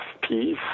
peace